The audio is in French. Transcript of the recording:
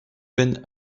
peine